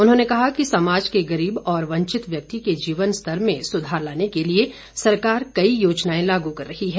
उन्होंने कहा कि समाज के गरीब और वंचित व्यक्ति के जीवन स्तर में सुधार लाने के लिए सरकार कई योजनाएं लागू कर रही है